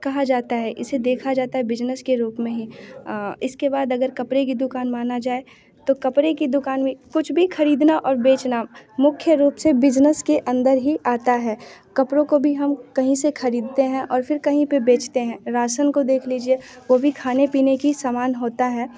कहा जाता है इसे देखा जाता है बिजनेस के रूप में ही इसके बाद अगर कपड़े की दुकान माना जाए तो कपड़े की दुकान भी कुछ भी ख़रीदना और बेचना मुख्य रूप से बिजनेस के अन्दर ही आता है कपड़ों को भी हम कहीं से खरीदते हैं और फिर कहीं पे बेचते हैं राशन को देख लीजिए वो भी खाने पीने की सामान होता है